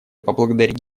поблагодарить